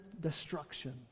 destruction